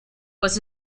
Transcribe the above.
was